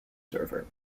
server